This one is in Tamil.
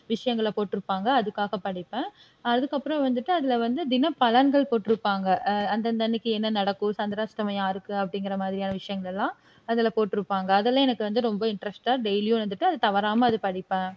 விஷயங்கள போட்டிருப்பாங்க அதுக்காக படிப்பேன் அதுக்கப்புறம் வந்துட்டு அதில் வந்து தினப்பலன்கள் போட்டிருப்பாங்க அந்தந்த அன்னிக்கு என்ன நடக்கும் சந்திராஷ்டமம் யாருக்கு அப்படிங்கிற மாதிரியான விஷயங்கள்லாம் அதில் போட்டிருப்பாங்க அதெல்லாம் எனக்கு வந்து ரொம்ப இன்ட்ரஸ்ட்டாக டெய்லியும் வந்துட்டு அதை தவறாமல் அது படிப்பேன்